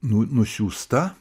nu nusiųsta